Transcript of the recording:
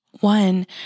one